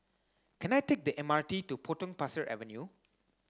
can I take the M R T to Potong Pasir Avenue